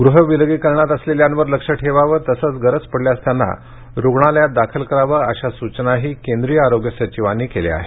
गृह विलगीकरणात असलेल्यांवर लक्ष ठेवावं तसंच गरज पडल्यास त्यांना रुग्णालयात दाखल करावं अशा सूचनाही केंद्रीय आरोग्य सचिवांनी केल्या आहेत